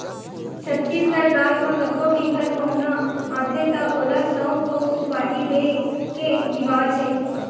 छत्तीसगढ़ राज म कखरो भी घर पहुना आथे त ओला सउफ अउ सुपारी दे के रिवाज हे